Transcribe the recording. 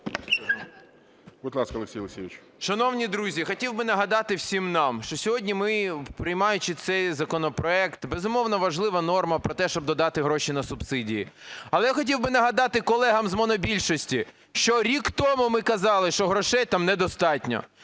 Шановні друзі, хотів би нагадати всім нам, що сьогодні ми, приймаючи цей законопроект, безумовно, важлива норма про те, щоб додати гроші на субсидії. Але я хотів би нагадати колегам з монобільшості, що рік тому ми казали, що грошей там недостатньо.